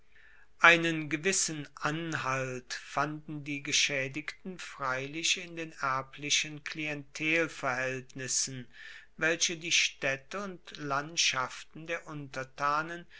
einen gewissen anhalt fanden die geschaedigten freilich in den erblichen klientelverhaeltnissen welche die staedte und landschaften der untertanen